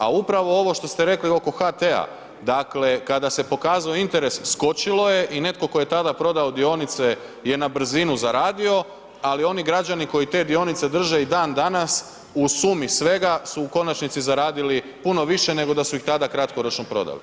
A upravo ovo što ste rekli oko HT-a, dakle kada se pokazao interes skočilo je i netko tko je tada prodao dionice je na brzinu zaradio, ali oni građani koji te dionice drže i dan danas u sumi svega su u konačnici zaradili puno više nego da su ih tada kratkoročno prodali.